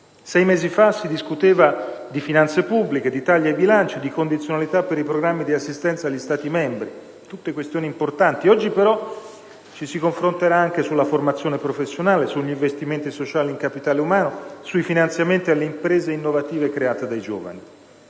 Sei mesi fa si discuteva di finanze pubbliche, di tagli ai bilanci, di condizionalità per i programmi di assistenza degli Stati membri. Tutte questioni importanti. Oggi, però, ci si confronterà anche sulla formazione professionale, sugli investimenti sociali in capitale umano, sui finanziamenti alle imprese innovative create dai giovani.